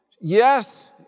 Yes